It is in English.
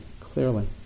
clearly